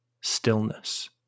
stillness